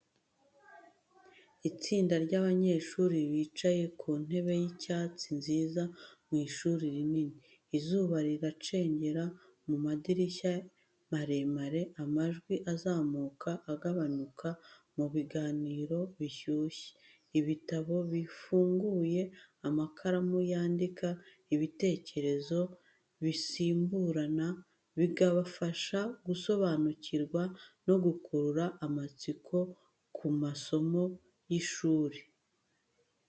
Itsinda ry’abanyeshuri bicaye ku ntebe z’icyatsi nziza mu ishuri rinini. Izuba riracengera mu madirishya maremare, amajwi azamuka agabanuka mu biganiro bishyushye. Ibitabo bifunguye, amakaramu yandika, ibitekerezo bisimburana, bigafasha gusobanukirwa no gukurura amatsiko ku masomo y’ishuri.